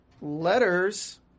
letters